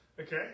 Okay